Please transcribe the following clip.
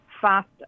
faster